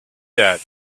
that